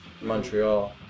Montreal